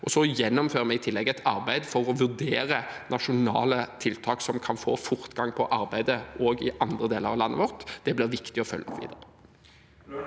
Vi gjennomfører i tillegg et arbeid for å vurdere nasjonale tiltak som kan få fortgang på arbeidet også i andre deler av landet vårt. Det blir det viktig å følge opp.